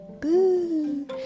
boo